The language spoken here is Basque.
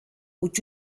huts